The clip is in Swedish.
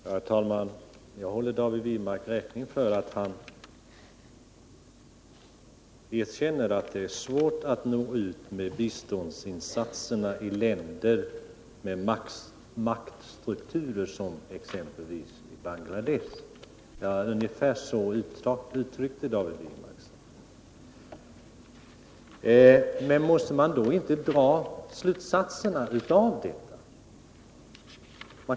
Herr talman! Jag håller David Wirmark räkning för att han erkänner att det är svårt att nå ut med biståndsinsatserna i länder med maktstrukturer som den i exempelvis Bangladesh. Ungefär så uttryckte sig David Wirmark. Måste man inte dra vissa slutsatser av detta?